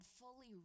fully